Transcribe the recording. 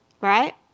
right